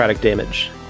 damage